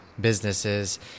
businesses